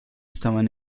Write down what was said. estaban